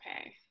Okay